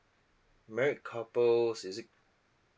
married couples is it